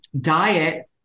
diet